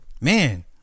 Man